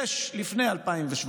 יש לפני 2017,